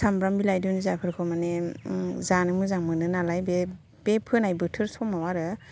सामब्राम बिलाइ दुन्दियाफोरखौ माने जानो मोजां मोनो नालाय बे बे फोनाय बोथोर समाव आरो